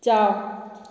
ꯆꯥꯎ